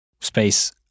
space